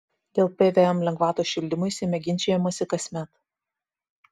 dėl pvm lengvatos šildymui seime ginčijamasi kasmet